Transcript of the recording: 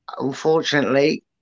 unfortunately